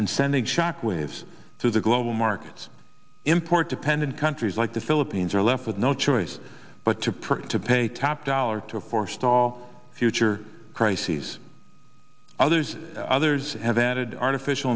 and sending shock waves through the global markets import dependent countries like the philippines are left with no choice but to print to pay top dollar to forestall future crises others others have added artificial